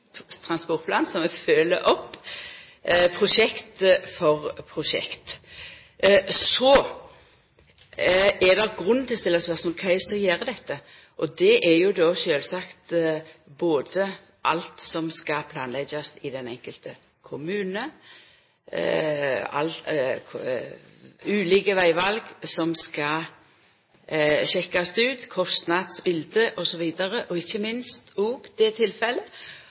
transportplan som vi følgjer opp prosjekt for prosjekt. Så er det grunn til å stilla spørsmålet: Kva er det som gjer dette? Det er jo sjølvsagt alt som skal planleggjast i den enkelte kommunen, ulike vegval som skal sjekkast ut, kostnadsbiletet osv., og ikkje minst det